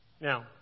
Now